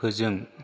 फोजों